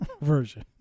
version